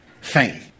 fame